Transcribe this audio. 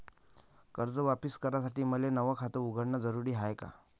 कर्ज वापिस करासाठी मले नव खात उघडन जरुरी हाय का?